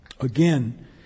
again